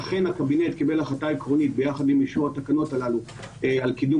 אכן הקבינט קיבל החלטה עקרונית ביחד עם אישור התקנות הללו על קידום